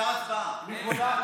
היושב-ראש, אפשר הצבעה, אפשר הצבעה.